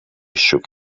shook